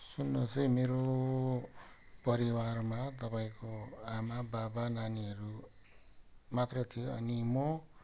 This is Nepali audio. सुन्नुहोस् है मेरो परिवारमा तपाईँको आमा बाबा नानीहरू मात्र थियो अनि म